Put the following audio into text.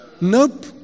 Nope